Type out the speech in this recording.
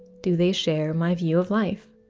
do they share my view of life?